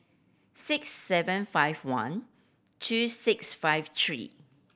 six seven five one two six five three